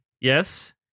Yes